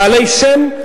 בעלי שם,